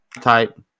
type